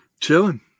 Chilling